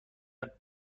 نحوه